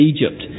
Egypt